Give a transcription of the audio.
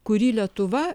kurį lietuva